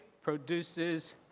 produces